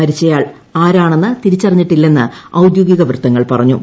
മരിച്ചയാൾ ആരാണെന്ന് തിരിച്ചറിഞ്ഞിട്ടില്ലെന്ന് ഔദ്യോഗിക വൃത്തങ്ങൾ പറഞ്ഞു